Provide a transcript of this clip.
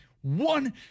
one